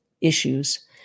issues